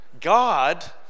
God